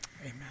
Amen